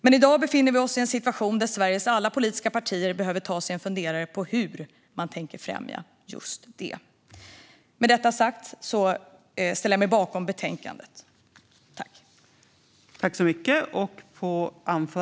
Men i dag befinner vi oss i en situation där Sveriges alla politiska partier behöver ta sig en funderare på hur man ska främja just detta. Med detta sagt ställer jag mig bakom utskottets förslag i betänkandet.